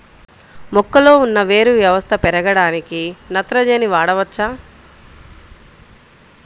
మొక్కలో ఉన్న వేరు వ్యవస్థ పెరగడానికి నత్రజని వాడవచ్చా?